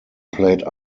played